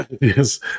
Yes